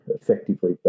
effectively